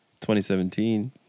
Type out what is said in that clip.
2017